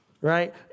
right